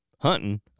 hunting